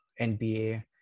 NBA